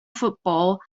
football